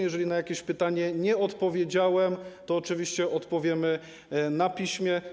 Jeżeli na jakieś pytanie nie odpowiedziałem, to oczywiście odpowiemy na piśmie.